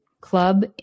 club